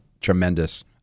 tremendous